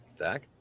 Zach